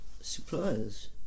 suppliers